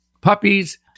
puppies